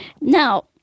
Now